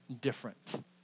different